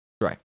Right